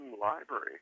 Library